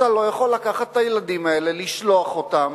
אתה לא יכול לקחת את הילדים האלה, לשלוח אותם